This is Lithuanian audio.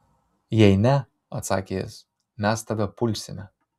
jei ne atsakė jis mes tave pulsime